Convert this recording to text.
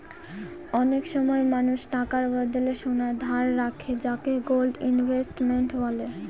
অনেক সময় মানুষ টাকার বদলে সোনা ধারে রাখে যাকে গোল্ড ইনভেস্টমেন্ট বলে